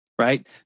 right